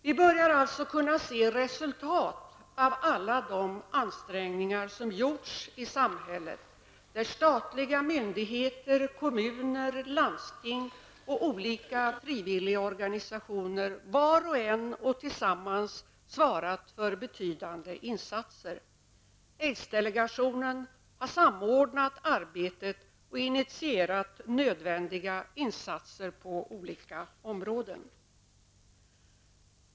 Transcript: Vi börjar alltså kunna se resultatet av alla de ansträngningar som gjorts i samhället, där statliga myndigheter, kommuner, landsting och olika frivilligorganisationer, var och en och tillsammans, svarat för betydande insatser. Aids-delegationen har samordnat arbetet och initierat nödvändiga insatser på olika områden.